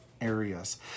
areas